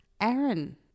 Aaron